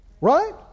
Right